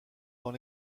dans